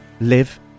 live